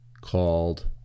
called